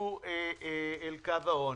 שיידחקו אל קו העוני.